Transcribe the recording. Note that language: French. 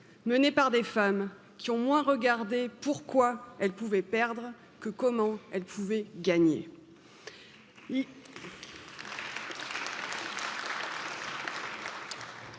Par des femmes qui ont moins regardé pourquoi elle pouvait perdre que comment elle pouvaient gagner.